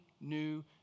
new